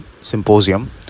Symposium